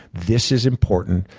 this is important.